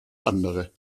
andere